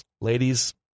ladies